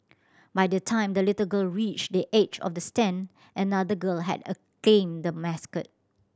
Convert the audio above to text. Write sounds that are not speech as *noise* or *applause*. by the time the little girl reached the edge of the stand another girl had *unintelligible* claimed the mascot